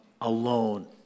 alone